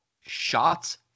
Shots